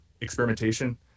experimentation